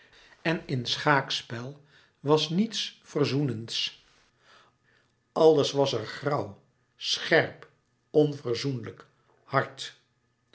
en in schaakspel was niets verzoenends alles was er grauw scherp onverzoenlijk hard